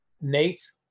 Nate